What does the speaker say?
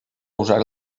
usar